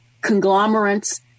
conglomerates